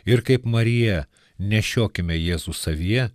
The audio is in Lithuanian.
ir kaip marija nešiokime jėzų savyje